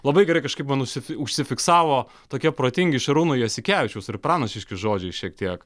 labai gerai kažkaip man užsi užsifiksavo tokie protingi šarūno jasikevičiaus ir pranašiški žodžiai šiek tiek